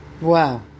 wow